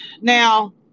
Now